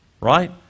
Right